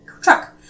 Truck